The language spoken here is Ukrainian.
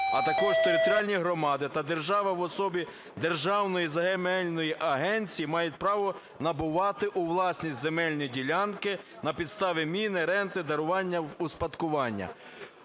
а також територіальні громади та держава в особі Державної Земельної Агенції мають право набувати у власність земельні ділянки на підставі міни, ренти, дарування, успадкування".